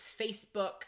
Facebook